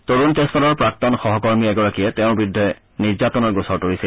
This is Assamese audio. তৰুণ তেজপালৰ প্ৰাক্তন মহিলা সহকৰ্মী এগৰাকীয়ে তেওঁৰ বিৰুদ্ধে নিৰ্যাতনৰ গোচৰ তৰিছিল